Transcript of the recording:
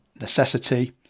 necessity